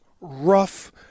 rough